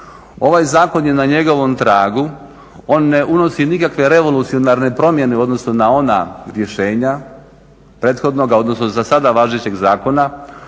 Ovaj zakon je na njegovom tragu. On ne unosi nikakve revolucionarne promjene u odnosu na ona rješenja prethodnoga, odnosno za sada važećeg zakona.